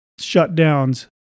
shutdowns